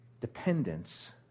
dependence